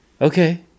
Okay